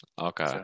Okay